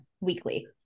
weekly